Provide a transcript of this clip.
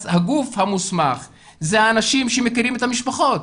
אז הגוף המוסמך הוא האנשים שמכירים את המשפחות,